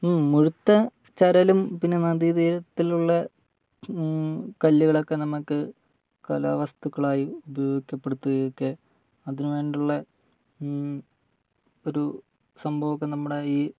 മുഴുത്ത ചരലും പിന്നെ നദീതീരത്തിലുള്ള കല്ലുകളൊക്കെ നമുക്ക് കലാവസ്തുക്കളായി ഉപയോഗിക്കപ്പെടുത്തുകയൊക്കെ അതിനുവേണ്ടിയുള്ള ഒരു സംഭവമൊക്കെ നമ്മുടെ ഈ